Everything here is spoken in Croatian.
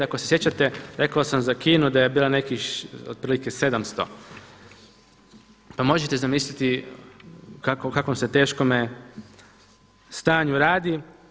Ako se sjećate rekao sam za Kinu da je bila nekih otprilike 700, pa možete zamisliti o kakvom se teškome stanju radi.